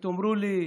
תאמרו לי: